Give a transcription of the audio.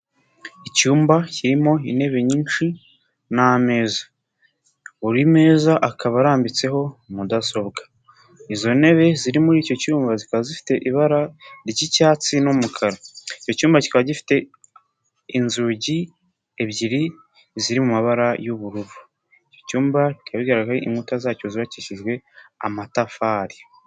Icyumba kirimo intebe nyinshi n'ameza buri meza akaba arambitseho mudasobwa, izo ntebe ziri muri icyo cyuyuma zikaba zifite ibara ry'icyatsi n'umukara, icyo cyumba kikaba gifite inzugi ebyiri ziri mu mabara y'ubururu, icyo cyumba kikaba bigaragara ko inkuta zacyo zubabakishijwe amatafari.